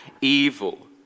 evil